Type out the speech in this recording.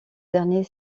dernier